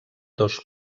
dos